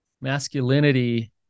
Masculinity